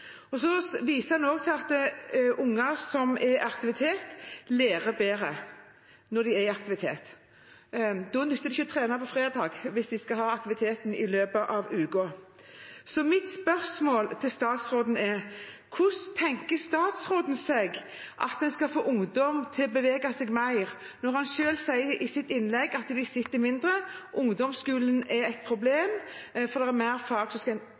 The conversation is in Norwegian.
gjennomsnitt. Så viser en også til at unger som er i aktivitet, lærer bedre. Da nytter det ikke å trene på fredag hvis de skal ha aktiviteten i løpet av uken. Mitt spørsmål til statsråden er: Hvordan tenker statsråden seg at en skal få ungdom til å bevege seg mer, når han selv sier i sitt innlegg at de beveger seg mindre? Ungdomsskolen er et problem, for det er flere fag som skal